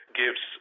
gives